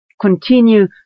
continue